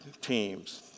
teams